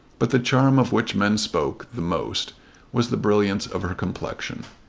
but the charm of which men spoke the most was the brilliance of her complexion.